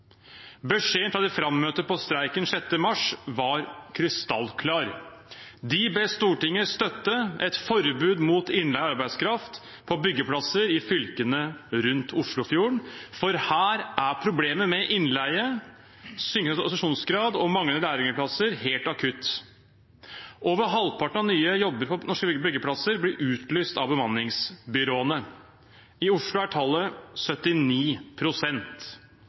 Beskjeden fra de frammøtte på streiken 6. mars var krystallklar. De ba Stortinget støtte et forbud mot innleie av arbeidskraft på byggeplasser i fylkene rundt Oslofjorden, for her er problemet med innleie, synkende organisasjonsgrad og manglende lærlingplasser helt akutt. Over halvparten av nye jobber på norske byggeplasser blir utlyst av bemanningsbyråene. I Oslo er tallet